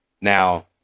Now